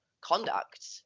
conduct